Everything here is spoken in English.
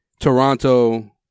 Toronto